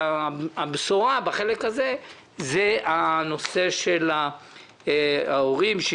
הבשורה בחלק הזה היא לגבי ההורים והילדים,